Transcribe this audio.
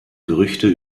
gerüchte